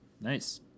Nice